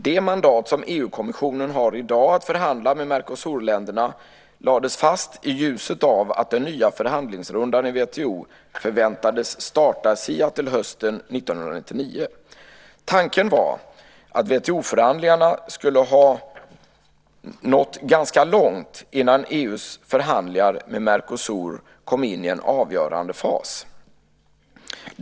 Det mandat som EU-kommissionen har i dag att förhandla med Mercosurländerna om lades fast i ljuset av att den nya förhandlingsrundan i WTO förväntades starta i Seattle hösten 1999. Tanken var att WTO-förhandlingarna skulle ha nått ganska långt innan EU:s förhandlingar med Mercosur kom in i en avgörande fas.